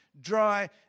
dry